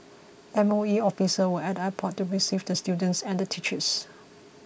M O E officials were at the airport to receive the students and the teachers